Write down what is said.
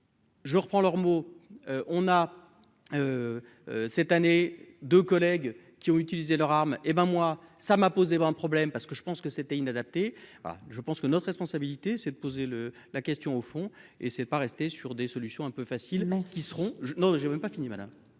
Je reprends leurs mots, on a cette année de collègues qui ont utilisé leur arme hé ben moi, ça m'a posé un problème parce que je pense que c'était inadapté, voilà, je pense que notre responsabilité c'est de poser le la question au fond et c'est pas rester sur des solutions un peu facilement qui seront non mais j'ai même pas fini, madame